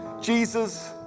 Jesus